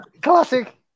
Classic